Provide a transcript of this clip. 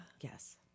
yes